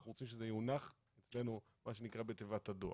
אנחנו רוצים שזה יונח אצלנו בתיבת הדואר.